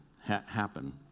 happen